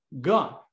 God